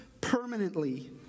permanently